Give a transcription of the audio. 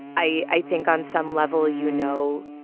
i i think on some level, you know,